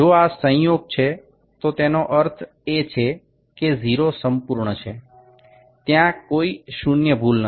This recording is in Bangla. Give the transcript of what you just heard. যদি এইভাবে মিলে যায় এর অর্থ এখানে ০ টি নিখুঁত এখানে কোনও শূন্য ত্রুটি নেই